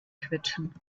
quetschen